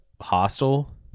hostile